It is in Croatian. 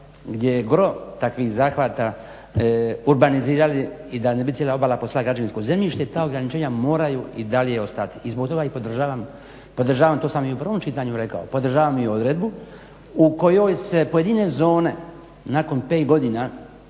gdje je gro takvih zahvata urbanizirali i da ne bi cijela obala postala građevinsko zemljište. Ta ograničenja moraju i dalje ostati. I zbog toga i podržavam, to sam i u prvom čitanju rekao, podržavam i odredbu u kojoj se pojedine zone nakon 5 godina